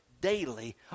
daily